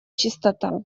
чистота